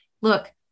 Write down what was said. look